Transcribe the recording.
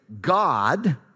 God